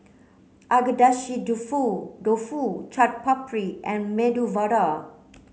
Agedashi Dofu Dofu Chaat Papri and Medu Vada